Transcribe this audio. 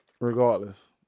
Regardless